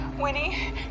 Winnie